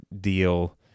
deal